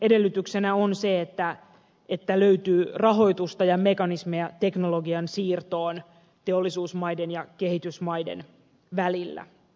edellytyksenä on se että löytyy rahoitusta ja mekanismeja teknologian siirtoon teollisuusmaiden ja kehitysmaiden välillä